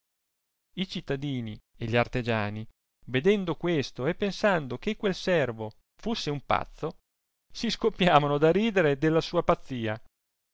i cittadini e gli artegiani vedendo questo e pensando che quel servo fusse un pazzo si scoppiavano da ridere della sua pazzia